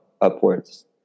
upwards